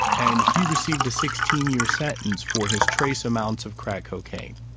and he received a sixteen year sentence for his trace amounts of crack cocaine,